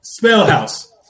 Spellhouse